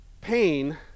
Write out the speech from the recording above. pain